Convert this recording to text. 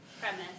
premise